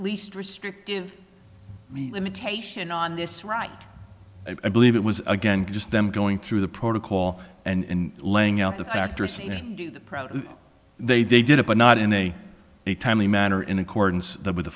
least restrictive limitation on this right i believe it was again just them going through the protocol and laying out the factors in approach they they did it but not in a timely manner in accordance with the